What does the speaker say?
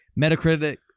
Metacritic